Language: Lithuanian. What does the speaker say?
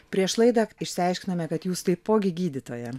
prieš laidą išsiaiškinome kad jūs taipogi gydytoja